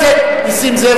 חבר הכנסת נסים זאב,